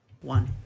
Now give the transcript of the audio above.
One